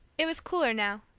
it was cooler now,